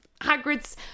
Hagrid's